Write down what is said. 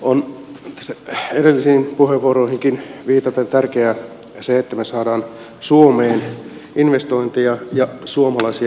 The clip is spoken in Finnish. on edellisiin puheenvuoroihinkin viitaten tärkeää se että me saamme suomeen investointeja ja suomalaisia investointeja